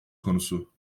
konusu